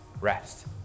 rest